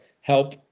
help